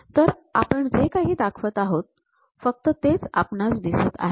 तर आपण जे काही दाखवत आहोत फक्त तेच आपणास दिसत असेल